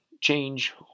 change